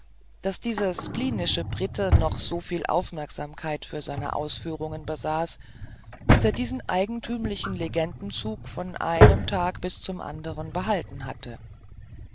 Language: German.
weil dieser spleenische brite doch so viel aufmerksamkeit für seine ausführungen besaß daß er diesen eigentümlichen legendenzug von einem tag bis zum anderen behalten hatte